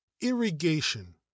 Irrigation